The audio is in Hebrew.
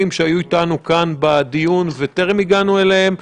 שהיו איתנו כאן בדיון וטרם הגענו אליהם.